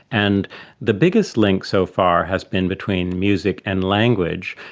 and the biggest link so far has been between music and language,